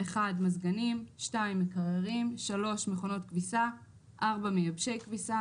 מזגנים מקררים מכונות כביסה מייבשי כביסה